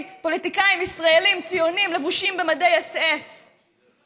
ישראלים ציוניים לבושים במדי אס.אס,